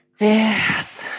Yes